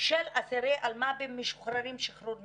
של אסירי אלמ"בים משוחררים שחרור מינהלי.